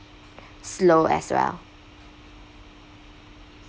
slow as well